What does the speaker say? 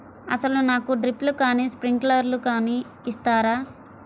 అసలు నాకు డ్రిప్లు కానీ స్ప్రింక్లర్ కానీ ఇస్తారా?